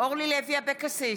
אורלי לוי אבקסיס,